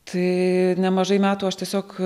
tai nemažai metų aš tiesiog